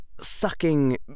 sucking